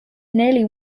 nearly